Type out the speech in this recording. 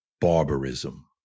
barbarism